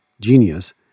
Genius